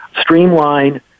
streamline